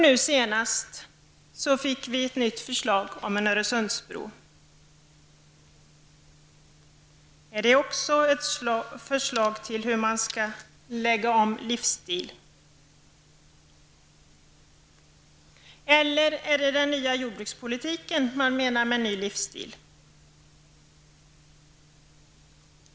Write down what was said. Nu senast kom ett nytt förslag om en Öresundsbro. Är det också ett förslag som underlättar för oss att lägga om livsstil? Eller är det den nya jordbrukspolitiken som innebär en ny livsstil?